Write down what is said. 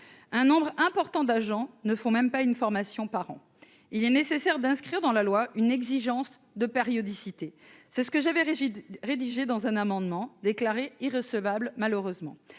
un nombre important d'agents ne font même pas une formation par an, il est nécessaire d'inscrire dans la loi une exigence de périodicité, c'est ce que j'avais rigide, rédigé dans un amendement déclarée irrecevable, malheureusement,